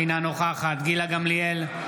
אינה נוכחת גילה גמליאל,